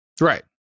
Right